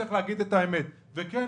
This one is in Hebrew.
צריך להגיד את האמת וכן,